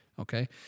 Okay